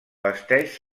vesteix